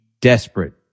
desperate